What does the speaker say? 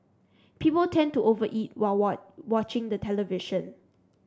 people tend to over eat while what watching the television